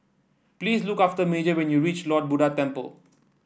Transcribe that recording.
please look after Major when you reach Lord Buddha Temple